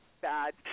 bad